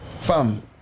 Fam